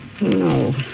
No